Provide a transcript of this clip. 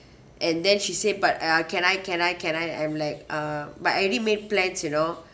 and then she said but uh can I can I can I I'm like uh but I already made plans you know